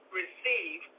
receive